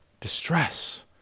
distress